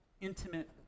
intimate